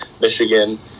Michigan